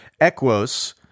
Equos